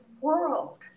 world